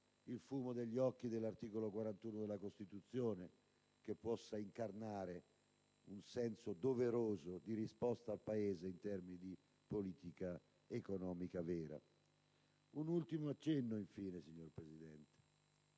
il fumo negli occhi dell'articolo 41 della Costituzione, che possano incarnare un senso doveroso di risposta al Paese in termini di politica economica vera. Un ultimo accenno infine, signora Presidente.